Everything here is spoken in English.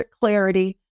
clarity